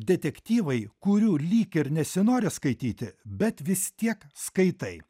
detektyvai kurių lyg ir nesinori skaityti bet vis tiek skaitai